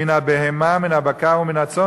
מן הבהמה מן הבקר ומן הצאן,